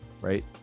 right